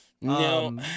No